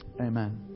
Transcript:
Amen